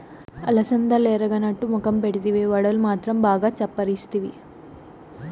అలసందలెరగనట్టు మొఖం పెడితివే, వడలు మాత్రం బాగా చప్పరిస్తివి